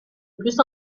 plus